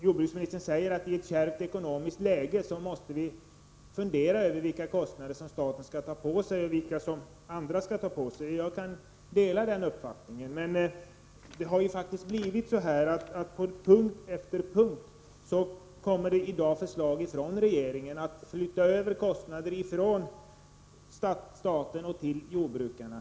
Jordbruksministern säger att vi i ett kärvt ekonomiskt läge måste fundera över vilka kostnader staten skall ta på sig och vilka som andra skall bära. Jag delar den uppfattningen, men det framläggs nu på punkt efter punkt förslag från regeringen syftande till omflyttning av kostnader från staten till jordbrukarna.